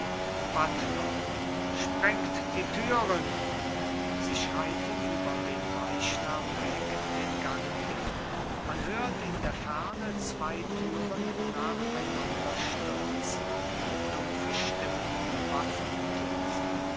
buttler sprengt die türen sie schreiten über den leichnam weg den gang hin man hört in der ferne zwei türen nacheinander stürzen dumpfe stimmen